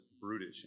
brutish